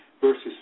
versus